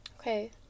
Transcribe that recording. Okay